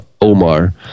Omar